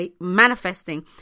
manifesting